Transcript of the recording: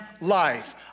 life